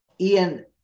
Ian